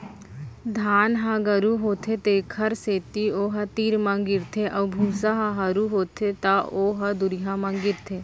धान ह गरू होथे तेखर सेती ओ ह तीर म गिरथे अउ भूसा ह हरू होथे त ओ ह दुरिहा म गिरथे